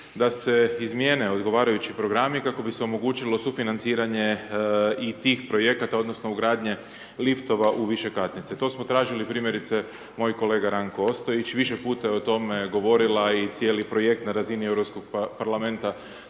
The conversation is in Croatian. da se izmijene odgovarajući programi kako bi se omogućilo sufinanciranje i tih projekata odnosno ugradnje liftova u višekatnice, to smo tražili primjerice, moj kolega Ranko Ostojić, više puta je o tome govorila i cijeli projekt na razini Europskog parlamenta